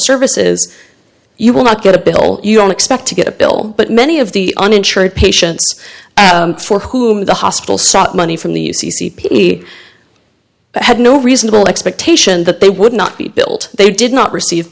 services you will not get a bill you don't expect to get a bill but many of the uninsured patients for whom the hospital sought money from the u c c p e had no reasonable expectation that they would not be billed they did not receive